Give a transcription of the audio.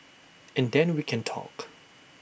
and then we can talk